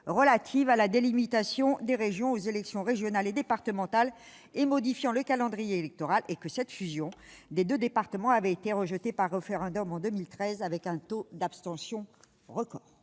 relative à la délimitation des régions, aux élections régionales et départementales et modifiant le calendrier électoral, et que la fusion des deux départements a été rejetée par référendum en 2013, avec un taux d'abstention record.